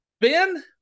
ben